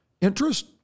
interest